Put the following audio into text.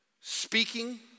speaking